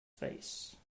face